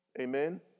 Amen